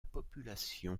population